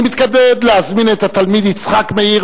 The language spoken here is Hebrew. אני מתכבד להזמין את התלמיד יצחק מאיר